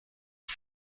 است